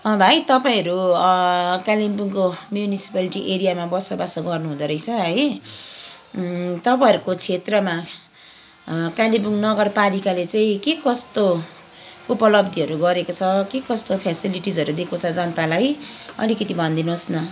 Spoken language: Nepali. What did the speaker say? अँ भाइ तपाईँहरू कालिम्पोङको म्युनिसिपालिटी एरियामा बसोबासो गर्नु हुँदो रहेछ है तपाईँहरूको क्षेत्रमा कालेबुङ नगरपालिकाले चाहिँ के कस्तो उपलब्धीहरू गरेको छ के कस्तो फ्यासिलिटिजहरू दिएको छ जनतालाई अलिकिति भनिदिनुहोस् न